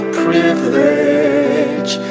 privilege